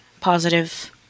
positive